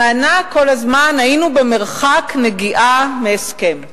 טענה כל הזמן: היינו במרחק נגיעה מהסכם.